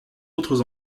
autres